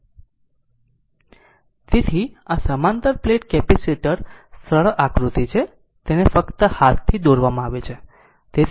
તેથી આ સમાંતર પ્લેટ કેપેસિટર સરળ આકૃતિ છે તેને ફક્ત હાથથી દોરવામાં આવી છે